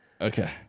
Okay